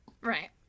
Right